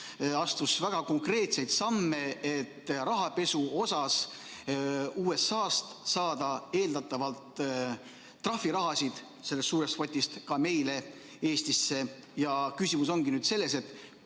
astus väga konkreetseid samme, et rahapesu osas USA-st saada eeldatavalt trahvirahasid sellest suurest potist ka meile Eestisse. Küsimus ongi nüüd selles, et